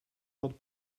not